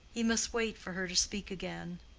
he must wait for her to speak again.